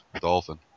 dolphin